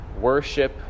worship